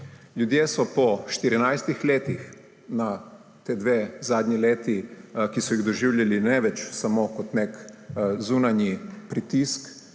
Ljudje so po 14 letih pod tema dvema zadnjima letoma, ki so ju doživljali ne več samo kot nek zunanji pritisk